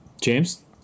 James